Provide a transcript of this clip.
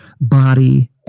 body